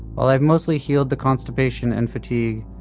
while i have mostly healed the constipation and fatigue,